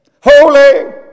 holy